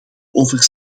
over